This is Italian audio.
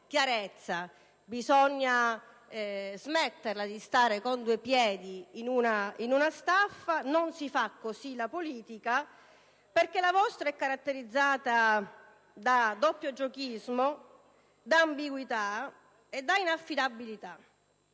chiarezza e smettere di stare con due piedi in una scarpa. Non si fa così politica, perché la vostra è caratterizzata da doppiogiochismo, da ambiguità e da inaffidabilità.